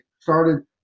started